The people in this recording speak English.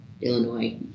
Illinois